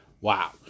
Wow